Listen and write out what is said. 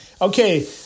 Okay